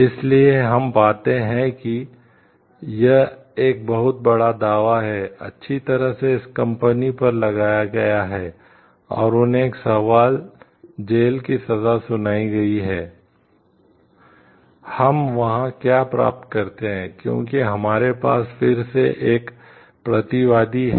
इसलिए हम पाते हैं कि यह एक बहुत बड़ा दावा है अच्छी तरह से इस कंपनी पर लगाया गया है और उन्हें एक साल जेल की सजा सुनाई गई है हम वहां क्या प्राप्त करते हैं क्योंकि हमारे पास फिर से एक प्रतिवाद है